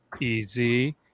Easy